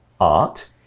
Art